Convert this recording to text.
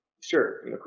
Sure